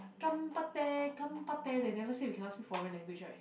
gambatte gambatte they never say we cannot speak foreign language right